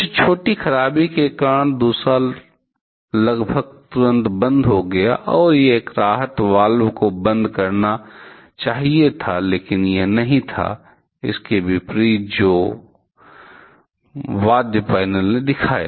कुछ छोटी खराबी के कारण दूसरा लगभग तुरंत बंद हो गया और एक राहत वाल्व को बंद करना चाहिए था लेकिन यह नहीं था इसके विपरीत जो वाद्य पैनल ने दिखाया